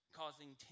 causing